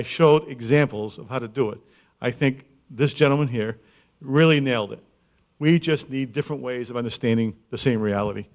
i show examples of how to do it i think this gentleman here really nailed it we just need different ways of understanding the same reality